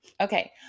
Okay